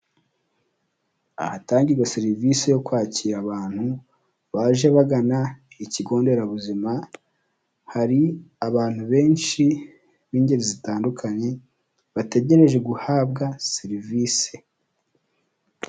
Ahatangirwa serivisi yo kwakira abantu baje bagana ikigo nderabuzima hari abantu benshi b'ingeri zitandukanye bategereje guhabwa serivisi.